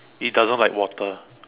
it doesn't like water